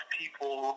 people